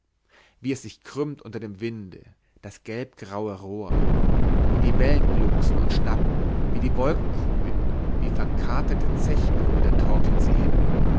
wie es sich krümmt unter dem winde das gelbgraue rohr wie die wellen glucksen und schnappen wie die wolken kugeln wie verkaterte zechbrüder torkeln sie hin